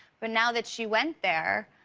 but now that she went there,